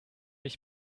ich